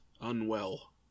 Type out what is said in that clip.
Unwell